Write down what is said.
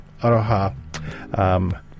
Aroha